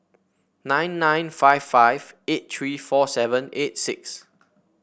nine nine five five eight three four seven eight six